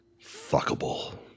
Fuckable